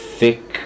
thick